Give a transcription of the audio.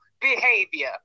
behavior